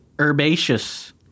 herbaceous